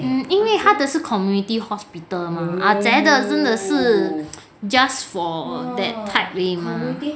mm 因为她的是 community hospital mah 阿姐的真的是 just for that type 而已嘛